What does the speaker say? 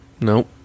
Nope